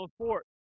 sports